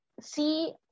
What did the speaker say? see